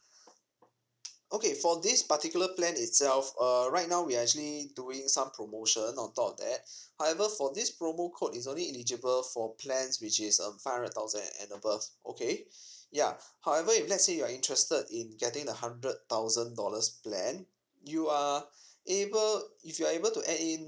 okay for this particular plan itself uh right now we're actually doing some promotion on top of that however for this promo code it's only eligible for plans which is um five hundred thousand and and above okay ya however if let's say you're interested in getting the hundred thousand dollars plan you are able if you are able to add in